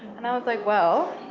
and i was like, well,